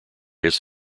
his